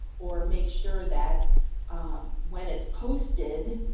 or make sure that when it's posted,